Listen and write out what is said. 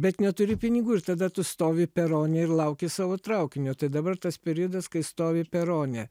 bet neturi pinigų ir tada tu stovi perone ir lauki savo traukinio tai dabar tas periodas kai stovi perone